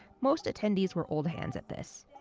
most attendees were old hands at this.